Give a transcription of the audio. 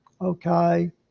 okay